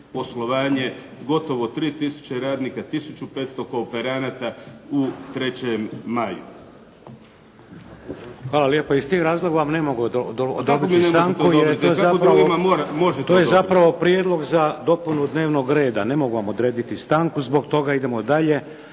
poslovanje gotovo 3000 radnika, 1500 kooperanata, u „3. Maju“. **Šeks, Vladimir (HDZ)** Hvala lijepo. Iz tih razloga vam ne mogu odobriti stanku, to je zapravo prijedlog za dopunu dnevnog reda. Ne mogu vam odrediti stanku, zbog toga idemo dalje.